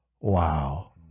wow